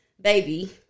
baby